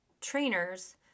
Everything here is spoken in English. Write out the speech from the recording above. trainers